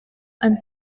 and